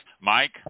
Mike